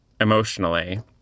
emotionally